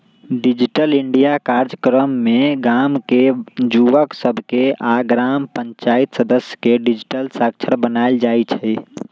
digital India काजक्रम में गाम के जुवक सभके आऽ ग्राम पञ्चाइत सदस्य के डिजिटल साक्षर बनाएल जाइ छइ